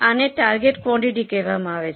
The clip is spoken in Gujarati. આને ટાર્ગેટ ક્વોન્ટૅટી કહેવામાં આવે છે